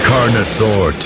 Carnosaur